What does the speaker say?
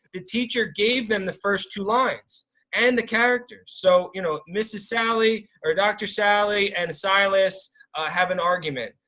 the teacher gave them the first two lines and the characters. so you know, mrs sally, or dr. sally and silas have an argument.